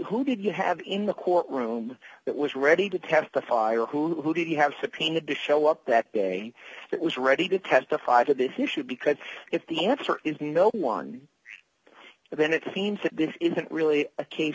who did you have in the courtroom that was ready to testify or who did you have subpoenaed to show up that day that was ready to testify to this issue because if the answer is no one then it seems that this isn't really a case